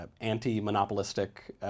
anti-monopolistic